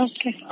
Okay